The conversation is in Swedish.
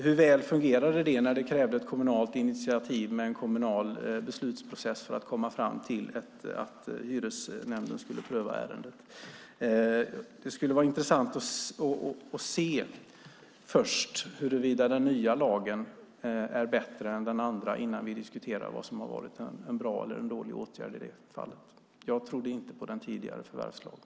Hur väl fungerade det när det krävde ett kommunalt initiativ med en kommunal beslutsprocess för att komma fram till att hyresnämnden skulle pröva ärendet? Det skulle vara intressant att se först huruvida den nya lagen är bättre än den andra innan vi diskuterar vad som har varit en bra eller en dålig åtgärd. Jag trodde inte på den tidigare förvärvslagen.